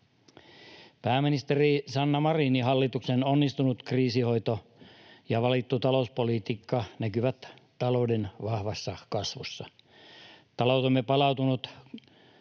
Pääministeri Sanna Marinin hallituksen onnistunut kriisinhoito ja valittu talouspolitiikka näkyvät talouden vahvassa kasvussa. Taloutemme on palautunut